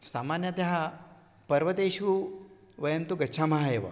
सामान्यतः पर्वतेषु वयं तु गच्छामः एव